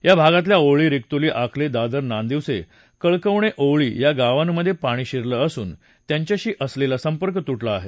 या भागातल्या ओवळी रिक्तोली आकले दादर नांदिवसे कळकवणे ओवळी या गावांमधे पाणी शिरलं असून त्यांच्याशी असलेला संपर्क तुटला आहे